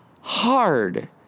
hard